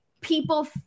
People